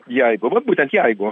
jeigu vat būtent jeigu